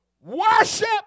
worship